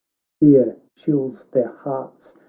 fear chilis their hearts,